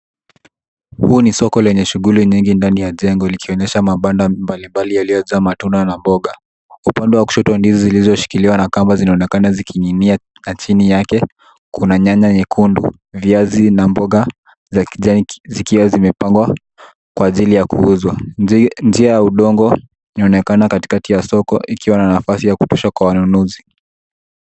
Huu ni soko lenye shughuli nyingi ndani ya jengo likionyesha mabanda mbalimbali yaliyojaa matunda na mboga, kwa upande wa kushoto ndizi zilizoshikiliwa na kamba zinaonekana zikining'inia chini yake kuna nyanya nyekundu viazi na mboga za kijani zikiwa zimepangwa kwa ajili ya kuuzwa, njia ya udongo inaonekana katikati ya soko ikiwa na nafasi ya kutosha kwa wanunuzi.